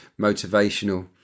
motivational